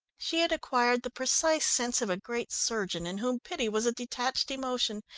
she had acquired the precise sense of a great surgeon in whom pity was a detached emotion,